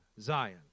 Zion